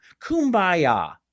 kumbaya